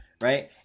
Right